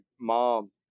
mom